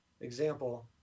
example